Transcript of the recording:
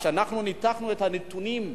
כשאנחנו ניתחנו את הנתונים,